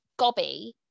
gobby